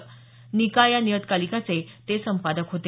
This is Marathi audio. निकाय या नियतकालिकाचे ते संपादक होते